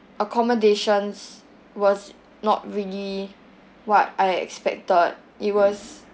accommodations was not really what I expected it was